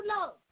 love